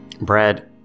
Brad